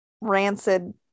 rancid